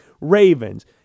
Ravens